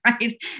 right